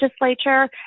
legislature